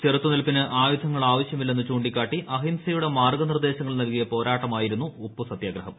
ചെറുത്തുനിൽപ്പിന് ആയുധങ്ങൾ ആവശ്യമില്ലെന്ന് ചൂണ്ടിക്കാട്ടി അഹിംസയുടെ ് മാർഗ്ഗനിർദ്ദേശങ്ങൾ നൽകിയ പോരാട്ടമായിരുന്നു ഉപ്പുസത്യാഗ്രഹം